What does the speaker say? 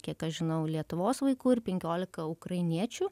kiek aš žinau lietuvos vaikų ir penkiolika ukrainiečių